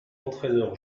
entraîneur